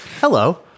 Hello